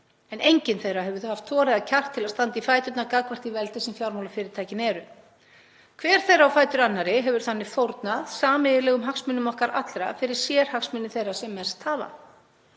en engin þeirra hefur haft þor eða kjark til að standa í fæturna gagnvart því veldi sem fjármálafyrirtækin eru. Hver þeirra á fætur annarri hefur þannig fórnað sameiginlegum hagsmunum okkar allra fyrir sérhagsmuni þeirra sem mest hafa.